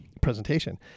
presentation